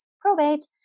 probate